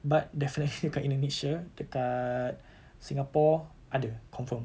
but definitely dekat indonesia dekat singapore ada confirm